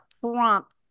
prompt